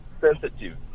sensitive